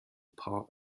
part